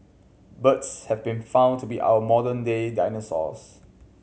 birds have been found to be our modern day dinosaurs